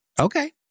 Okay